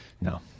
No